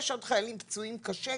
'יש עוד חיילים פצועים קשה,